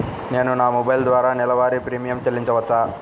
నేను నా మొబైల్ ద్వారా నెలవారీ ప్రీమియం చెల్లించవచ్చా?